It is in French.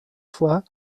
fois